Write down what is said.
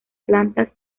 plantas